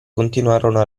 continuarono